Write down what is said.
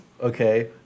Okay